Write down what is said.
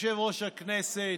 אדוני יושב-ראש הישיבה,